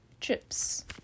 trips